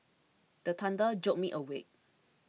the thunder jolt me awake